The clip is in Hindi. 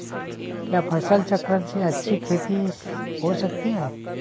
क्या फसल चक्रण से अच्छी खेती हो सकती है?